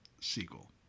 sequel